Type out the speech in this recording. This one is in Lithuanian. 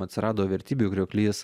atsirado vertybių krioklys